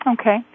Okay